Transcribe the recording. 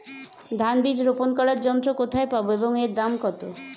ধান বীজ রোপন করার যন্ত্র কোথায় পাব এবং এর দাম কত?